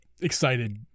excited